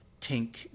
tink